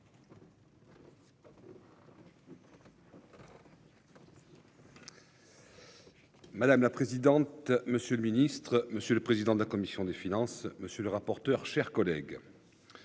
Madame la présidente, monsieur le ministre. Monsieur le président de la commission des finances, monsieur le rapporteur, chers collègues.